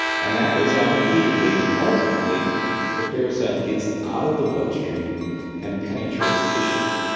and that goes on repeatedly and ultimately the parasite gets out of the bloodstream and penetrates tissues.